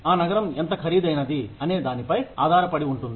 ఆ నగరం ఎంత ఖరీదైనది అనే దానిపై ఆధారపడి ఉంటుంది